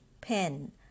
pen